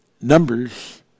numbers